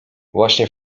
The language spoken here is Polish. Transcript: właśnie